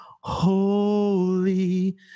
holy